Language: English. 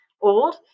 old